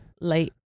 late